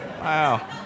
Wow